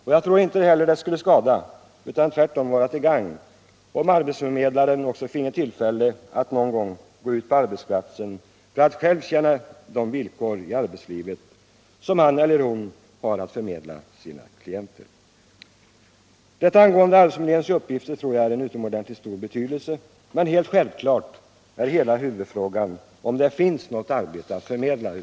Det skulle heller inte skada, utan tvärtom vara till gagn, om arbetsförmedlaren också finge wullfälle att under någon tid gå ut på en arbetsplats för att själv lära känna de villkor i arbetslivet som han eller hon har att erbjuda sina klienter. Detta som gäller arbetsförmedlingens uppgifter tror jag är av utomordentligt stor betydelse. Men självfallet är huvudfrågan om det finns något arbete att förmedla.